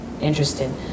interested